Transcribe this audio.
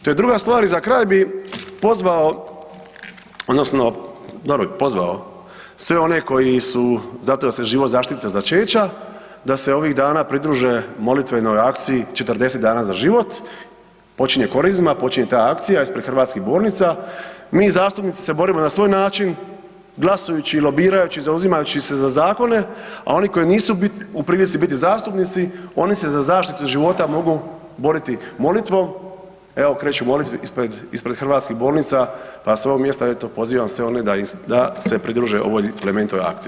To je druga stvari za kraj bi pozvao odnosno dobro, pozvao, sve oni koji su za to da se život zaštititi od začeća, da se ovih dana pridruže molitvenoj akciji „40 dana za život“, počinje Korizma, počinje ta akcija ispred hrvatskih bolnica, mi zastupnici se borimo na svoj način glasujući i lobirajući, zauzimajući se za zakone a oni koji nisu u prilici biti zastupnici, oni se za zaštitu života mogu boriti molitvom, evo krećemo molitvom ispred hrvatskih bolnica pa s ovog mjesta eto pozivam sve one da se pridruže ovoj plemenitoj akciji.